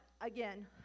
again